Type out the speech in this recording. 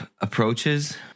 approaches